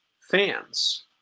fans